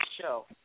show